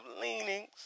leanings